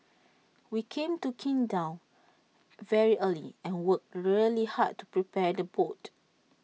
we came to Qingdao very early and worked really hard to prepare the boat